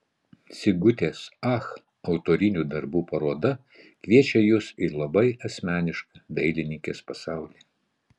sigutės ach autorinių darbų paroda kviečia jus į labai asmenišką dailininkės pasaulį